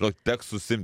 na teks susiimti